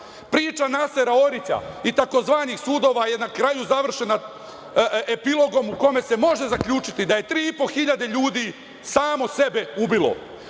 Priča Nasera Orića i tzv. sudova je na kraju završena epilogom u kome se može zaključiti da je 3.500 ljudi samo sebe ubilo.